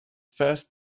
first